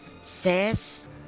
says